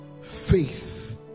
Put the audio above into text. faith